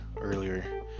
earlier